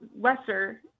lesser